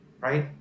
right